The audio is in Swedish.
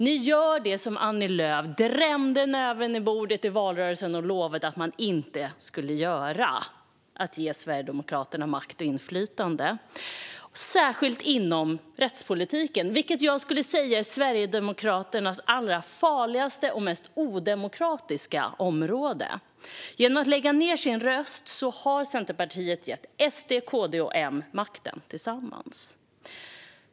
Ni gör det som Annie Lööf drämde näven i bordet i valrörelsen och lovade att ni inte skulle göra, nämligen ge Sverigedemokraterna makt och inflytande. Särskilt gäller detta inom rättspolitiken, vilket jag skulle säga är Sverigedemokraternas allra farligaste och mest odemokratiska område. Genom att lägga ned sin röst har Centerpartiet gett SD, KD och Moderaterna makten tillsammans.